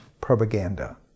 propaganda